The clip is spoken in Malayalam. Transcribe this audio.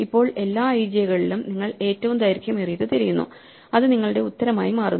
ഇപ്പോൾ എല്ലാ ij കളിലും നിങ്ങൾ ഏറ്റവും ദൈർഘ്യമേറിയത് തിരയുന്നു അത് നിങ്ങളുടെ ഉത്തരമായി മാറുന്നു